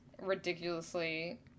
ridiculously